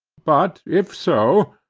but if so,